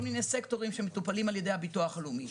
מיני סקטורים שמטופלים על ידי הביטוח הלאומי,